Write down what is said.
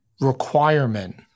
requirement